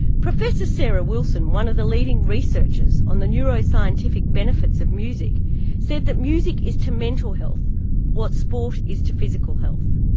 professor sarah wilson, one of the leading researchers on the neuroscientific benefits of music said that music is to mental health what sport is to physical health.